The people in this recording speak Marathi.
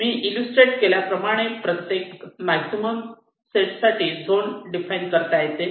मी इल्लुस्त्रेट केल्याप्रमाणे प्रत्येक मॅक्झिमल सेट साठी झोन डिफाइन करता येते